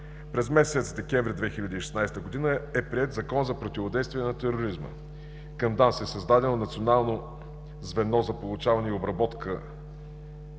През месец декември 2016 г. е приет Закон за противодействие на тероризма. Към ДАНС е създадено Национално звено за получаване и обработка